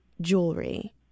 jewelry